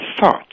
thought